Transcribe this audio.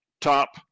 top